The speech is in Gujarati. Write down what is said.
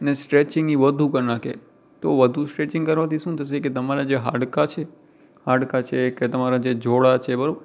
અને સ્ટ્રેચિંગ એ વધુ કરી નાખે તો વધુ સ્ટ્રેચિંગ કરવાથી શું થશે કે તમારા જે હાડકાં છે હાડકાં છે કે તમારા જે જોડાં છે બરાબર